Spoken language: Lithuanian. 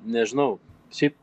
nežinau šiaip